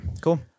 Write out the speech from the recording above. cool